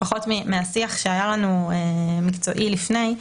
לפחות מהשיח המקצועי שהיה לנו לפני,